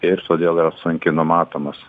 ir todėl yra sunkiai numatomos